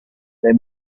there